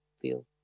feel